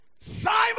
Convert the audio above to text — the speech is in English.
Simon